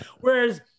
Whereas